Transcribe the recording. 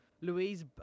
Louise